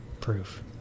proof